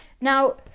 Now